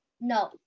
No